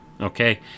Okay